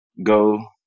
Go